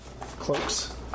cloaks